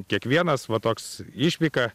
kiekvienas va toks išvyka